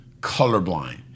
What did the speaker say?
colorblind